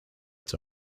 its